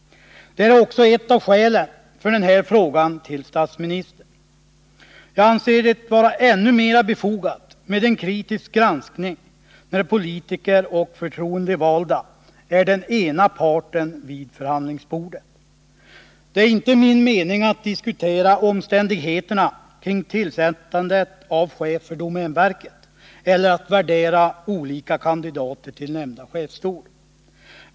Det är också ett av skälen till att jag ställt den här frågan till statsministern. Jag anser det vara ännu mer befogat med en kritisk granskning när politiker och förtroendevalda är den ena parten vid förhandlingsbordet. Det är inte min mening att diskutera omständigheterna kring tillsättandet av chef för domänverket eller att värdera olika kandidater till nämnda chefsstol.